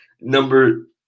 Number